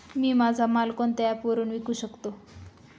मी माझा माल कोणत्या ॲप वरुन विकू शकतो?